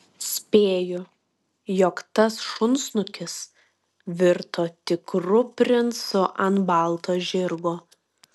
spėju jog tas šunsnukis virto tikru princu ant balto žirgo